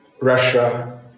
Russia